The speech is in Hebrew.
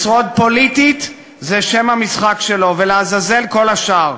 לשרוד פוליטית זה שם המשחק שלו, ולעזאזל כל השאר.